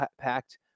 packed